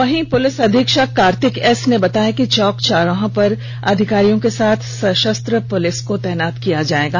वहीं पुलिस अधीक्षक कार्तिक एस ने बताया कि चौक चौराहों पर अधिकारियों के साथ सशस्त्र पुलिस को तैनात किया जाएगा